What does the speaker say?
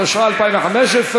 התשע"ה 2015,